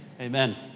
Amen